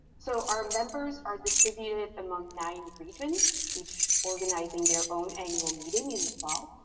so our members are distributed among nine regions, each organizing their own annual meeting in the fall.